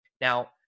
now